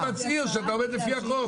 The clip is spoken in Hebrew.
אתה מצהיר שאתה עובד לפי החוק.